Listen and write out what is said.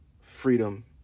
freedom